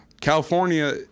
California